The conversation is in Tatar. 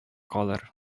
калыр